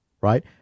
right